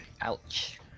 Ouch